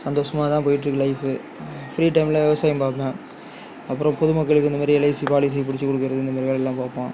சந்தோஷமாக தான் போய்டுட்டிருக்கு லைஃப்பு ஃப்ரீ டைம்மில் விவசாயம் பார்ப்பேன் அப்புறோம் பொது மக்களுக்கு இந்த மாதிரி எல்ஐசி பாலிசி பிடிச்சு கொடுக்கறது இந்த மாதிரி வேலைல்லாம் பார்ப்போம்